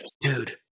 Dude